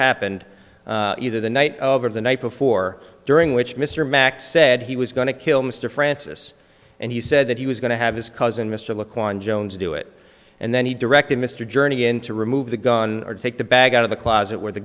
happened either the night of or the night before during which mr mack said he was going to kill mr francis and he said that he was going to have his cousin mr look on jones do it and then he directed mr journey in to remove the gun or take the bag out of the closet where the